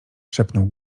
szepnął